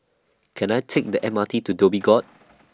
Can I Take The M R T to Dhoby Ghaut